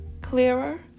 clearer